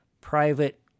private